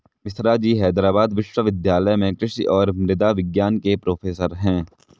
मिश्राजी हैदराबाद विश्वविद्यालय में कृषि और मृदा विज्ञान के प्रोफेसर हैं